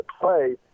play